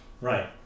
Right